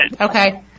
Okay